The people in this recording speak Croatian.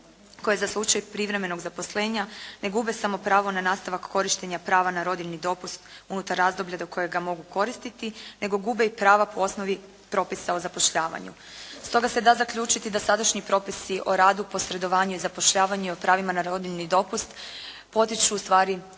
koje za slučaj privremenog zaposlenja ne gube samo pravo na nastavak korištenja prava na rodiljni dopustu unutar razdoblja do kojega mogu koristiti, neto gube i prava po osnovi propisa o zapošljavanju. Stoga se da zaključiti da sadašnji propisi o radu, posredovanju i zapošljavanju i o pravima na rodiljni dopust, potiču ustvari radnu